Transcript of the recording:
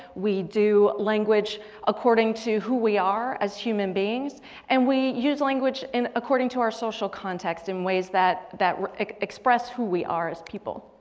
we do language according to who we are as human beings and we use language according to our social context in ways that that express who we are as people.